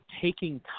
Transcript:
taking